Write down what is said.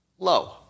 Low